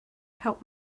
help